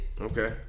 Okay